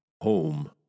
home